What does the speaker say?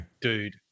dude